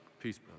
Peace